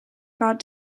god